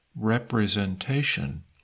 representation